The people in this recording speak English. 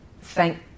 thank